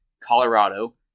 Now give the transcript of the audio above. Colorado